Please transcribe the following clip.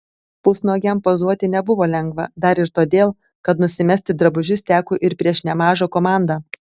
pusnuogiam pozuoti nebuvo lengva dar ir todėl kad nusimesti drabužius teko ir prieš nemažą komandą